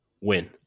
Win